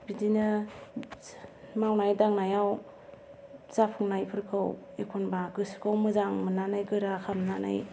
बिदिनो मावनाय दांनायाव जाफुंनायफोरखौ एखनबा गोसोखौ मोजां मोन्नानै गोरा खामनानै